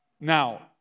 now